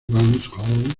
guangzhou